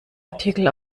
artikel